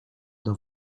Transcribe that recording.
dans